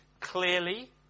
clearly